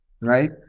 right